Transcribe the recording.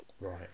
Right